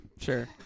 Sure